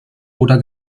oder